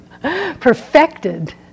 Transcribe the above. perfected